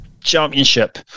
championship